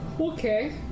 Okay